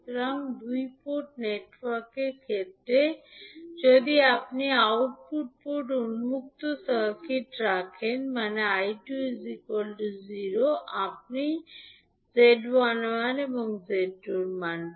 সুতরাং 2 পোর্ট নেটওয়ার্কের ক্ষেত্রে যদি আপনি আউটপুট পোর্ট উন্মুক্ত সার্কিট রাখেন মানে I2 0 তবে আপনি পাবেন এবং এর মান